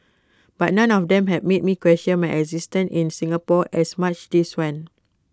but none of them has made me question my existence in Singapore as much this one